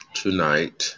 Tonight